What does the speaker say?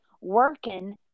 working